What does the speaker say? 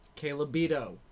Calebito